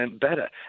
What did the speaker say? better